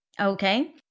Okay